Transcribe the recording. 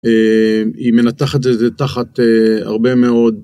היא מנתחת את זה תחת הרבה מאוד.